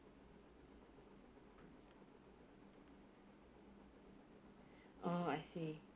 oh I see